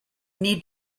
need